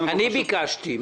אני ביקשתי.